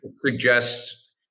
suggests